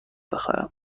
بخرم